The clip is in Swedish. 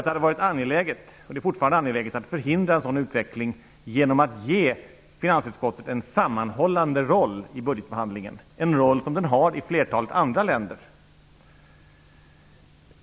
Det är angeläget att man förhindrar en sådan utveckling genom att ge finansutskottet en sammanhållande roll i budgetbehandlingen. Den rollen har finansutskottet i ett flertal andra länder.